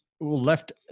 left